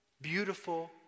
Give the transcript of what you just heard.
beautiful